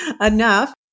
enough